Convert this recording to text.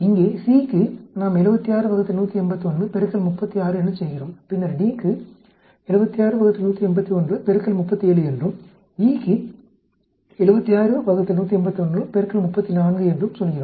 இங்கே C க்கு நாம் 76 ÷ 181 36 எனச் செய்கிறோம் பின்னர் D க்கு 76 ÷ 181 37 என்றும் E க்கு 76 ÷ 181 34 என்றும் சொல்கிறோம்